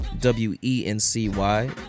W-E-N-C-Y